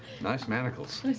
nice manacles.